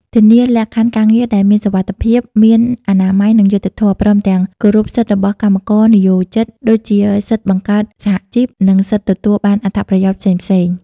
ធានាលក្ខខណ្ឌការងារដែលមានសុវត្ថិភាព មានអនាម័យ និងយុត្តិធម៌ ព្រមទាំងគោរពសិទ្ធិរបស់កម្មករនិយោជិត ដូចជាសិទ្ធិបង្កើតសហជីព និងសិទ្ធិទទួលបានអត្ថប្រយោជន៍ផ្សេងៗ ។